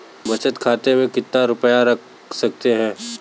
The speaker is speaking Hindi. बचत खाते में कितना रुपया रख सकते हैं?